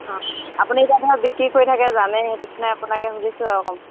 অঁ আপুনি এতিয়া ধৰক বিক্ৰী কৰি থাকে জানে সেইটো কাৰণে আপোনাক সুধিছোঁ আৰু অকণ